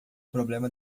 problema